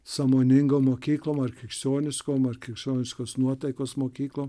sąmoningom mokyklom ar krikščioniškom ar krikščioniškos nuotaikos mokyklom